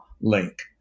link